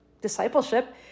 discipleship